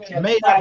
made